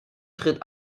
schritt